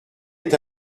est